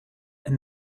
and